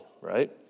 right